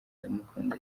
ndamukunda